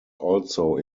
also